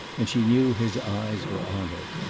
and she knew his eyes were on her.